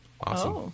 Awesome